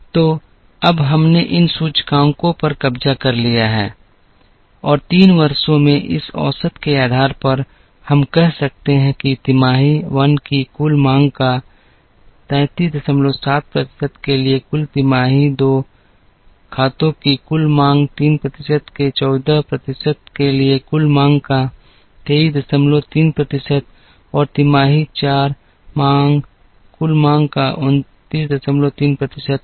तो अब हमने इन सूचकांकों पर कब्जा कर लिया है और 3 वर्षों में इस औसत के आधार पर हम कह सकते हैं कि तिमाही 1 की कुल मांग का 337 प्रतिशत के लिए कुल तिमाही 2 खातों की कुल मांग 3 प्रतिशत के 14 प्रतिशत के लिए कुल माँग का 233 प्रतिशत और तिमाही 4 माँग कुल माँग का 293 प्रतिशत है